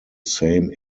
same